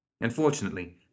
Unfortunately